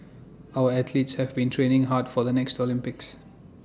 our athletes have been training hard for the next Olympics